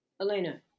Elena